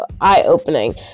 eye-opening